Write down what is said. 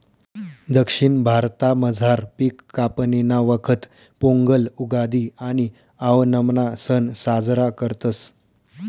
दक्षिण भारतामझार पिक कापणीना वखत पोंगल, उगादि आणि आओणमना सण साजरा करतस